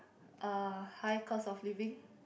uh high cost of living